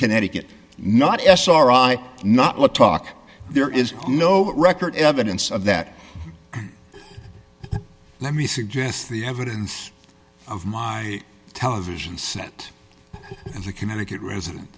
connecticut not sri not let talk there is no record evidence of that let me suggest the evidence of my television set and the connecticut resident